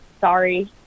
sorry